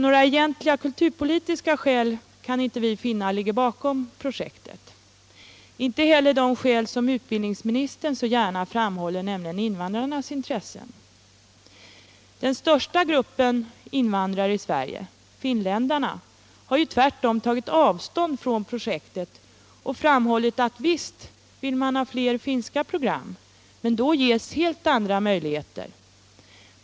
Några egentliga kulturpolitiska skäl kan vi alltså inte finna ligger bakom projektet — och inte heller det skäl som utbildningsministern så gärna framhåller, nämligen invandrarnas intressen. Den största gruppen invandrare i Sverige — finländarna — har tvärtom tagit avstånd från projektet. De har framhållit att visst vill de ha fler finska program men att det finns andra möjligheter att åstadkomma sådana.